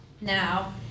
Now